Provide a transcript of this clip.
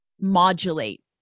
modulate